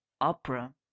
opera